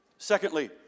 Secondly